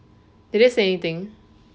did they say anything